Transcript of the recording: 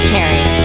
Carrie